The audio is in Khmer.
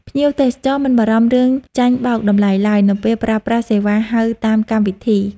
ភ្ញៀវទេសចរមិនបារម្ភរឿងចាញ់បោកតម្លៃឡើយ នៅពេលប្រើប្រាស់សេវាហៅតាមកម្មវិធី។